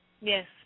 Yes